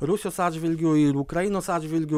rusijos atžvilgiu ir ukrainos atžvilgiu